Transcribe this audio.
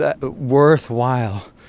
worthwhile